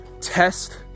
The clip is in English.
test